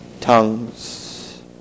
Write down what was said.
tongues